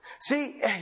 See